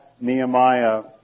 Nehemiah